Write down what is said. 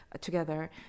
together